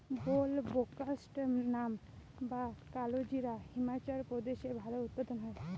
বুলবোকাস্ট্যানাম বা কালোজিরা হিমাচল প্রদেশে ভালো উৎপাদন হয়